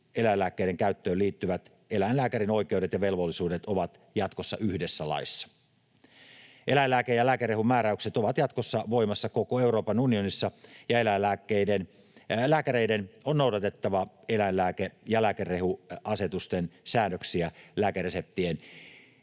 eläinlääkkeiden käyttöön liittyvät eläinlääkärin oikeudet ja velvollisuudet ovat jatkossa yhdessä laissa. Eläinlääke- ja lääkerehumääräykset ovat jatkossa voimassa koko Euroopan unionissa, ja eläinlääkäreiden on noudatettava eläinlääke- ja lääkerehuasetusten säädöksiä lääkereseptien